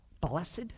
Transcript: blessed